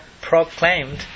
proclaimed